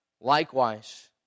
Likewise